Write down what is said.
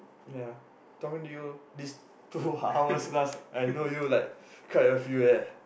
ya don't you these two hours plus I know you like quite a few eh